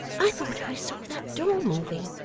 i thought i saw that door moving